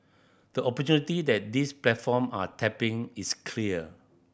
the opportunity that these platform are tapping is clear